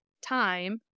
Time